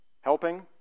helping